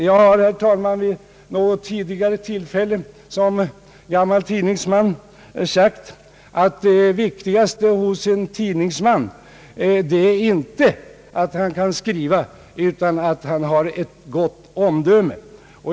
Jag har, herr talman, vid något tidigare tillfälle som gammal tidningsman sagt att det viktigaste för en tidningsman inte är att han kan skriva, utan att han har ett gott omdöme.